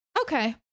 Okay